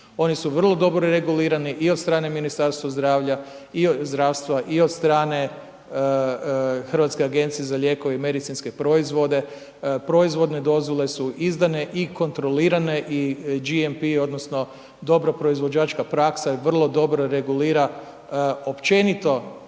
one su vrlo dobro regulirane i od strane Ministarstva zdravlja, i od, zdravstva, i od strane Hrvatske agencije za lijekove i medicinske proizvode. Proizvodne dozvole su izdane i kontrolirane, i GNP odnosno dobro proizvođačka praksa je vrlo dobro regulira, općenito